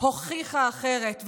הוכיחה אחרת.